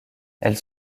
elles